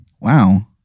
wow